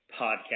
podcast